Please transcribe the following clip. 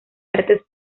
artes